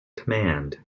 command